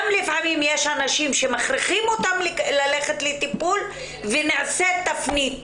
יש גם אנשים שמכריחים אותם ללכת לטיפול ונעשית תפנית